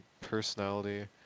personality